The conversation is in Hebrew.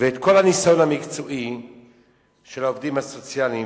ואת כל הניסיון המקצועי של העובדים הסוציאליים.